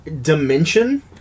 Dimension